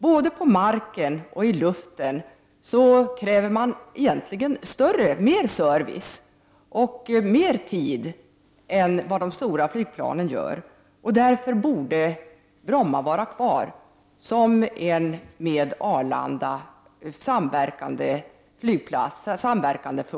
Både på marken och i luften kräver de nämligen mer service och tid än de stora flygplanen gör. Därför borde Bromma vara kvar för att kunna samverka med Arlanda.